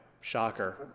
Shocker